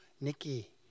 Nikki